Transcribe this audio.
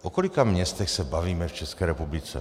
O kolika městech se bavíme v České republice?